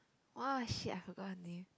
!wah! shit I forgot her name